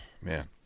man